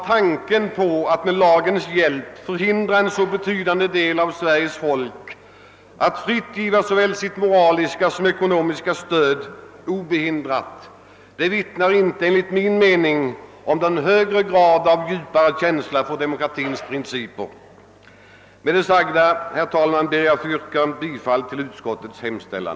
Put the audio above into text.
Tanken på att med lagens hjälp förhindra en så betydande del av Sveriges folk att fritt och obehindrat giva sitt såväl moraliska som ekonomiska stöd åt den politiska rörelsen vittnar enligt min mening inte om någon djupare känsla för demokratins principer. Med det anförda, herr talman, ber jag att få yrka bifall till utskottets hemställan.